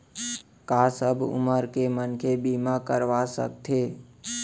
का सब उमर के मनखे बीमा करवा सकथे?